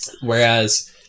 Whereas